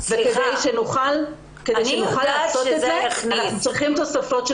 כדי שנוכל לעשות את זה אנחנו צריכים תוספות של